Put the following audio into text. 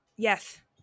yes